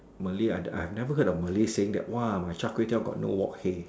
Malay I I have never heard of Malay saying that !woah! my Char-Kway-Teow got no work hey